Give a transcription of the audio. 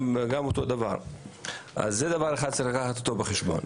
זה דבר אחד שצריך לקחת בחשבון.